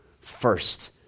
First